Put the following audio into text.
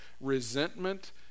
resentment